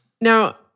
Now